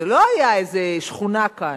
זה לא היה איזה שכונה כאן,